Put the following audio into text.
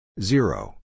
Zero